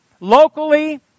Locally